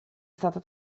stata